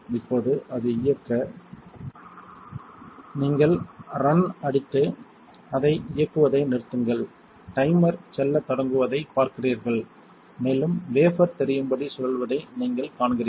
இப்போது அதை இயக்க நீங்கள் ரன் அடித்து அதை இயக்குவதை நிறுத்துங்கள் டைமர் செல்லத் தொடங்குவதைப் பார்க்கிறீர்கள் மேலும் வேபர் தெரியும்படி சுழல்வதை நீங்கள் காண்கிறீர்கள்